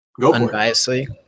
Unbiasedly